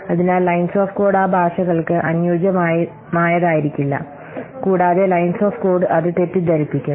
അതിനാൽ lines of code ആ ഭാഷകൾക്ക് അനുയോജ്യമായതായിരിക്കില്ല കൂടാതെ ലൈൻസ് ഓഫ് കോഡ് അത് തെറ്റിദ്ധരിപ്പിക്കും